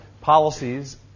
policies